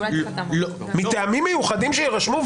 מטעמים מיוחדים שיירשמו,